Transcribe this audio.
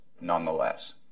nonetheless